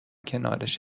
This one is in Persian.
کنارش